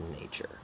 nature